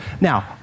Now